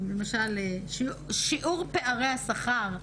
מפריע לי שיעור פערי השכר.